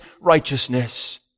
righteousness